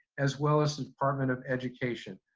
as well as the department of education.